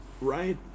right